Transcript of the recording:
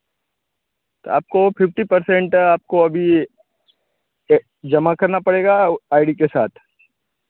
तो आपको fifty percent आपको अभी जमा करना पड़ेगा आई डी के साथ